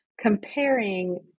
comparing